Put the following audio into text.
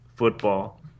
Football